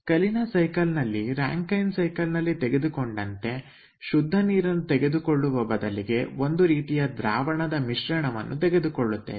Kalina cycle ನಲ್ಲಿ Rankine cycle ನಲ್ಲಿ ತೆಗೆದುಕೊಂಡಂತೆ ಶುದ್ಧ ನೀರನ್ನು ತೆಗೆದುಕೊಳ್ಳುವ ಬದಲಿಗೆ ಒಂದು ರೀತಿಯ ದ್ರಾವಣದ ಮಿಶ್ರಣವನ್ನು ತೆಗೆದುಕೊಳ್ಳುತ್ತೇವೆ